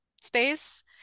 space